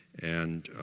and